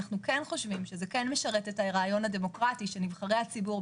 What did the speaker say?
אנחנו חושבים שזה כן משרת את הרעיון הדמוקרטי שנבחרי הציבור,